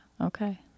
Okay